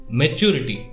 maturity